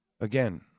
Again